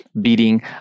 beating